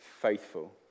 faithful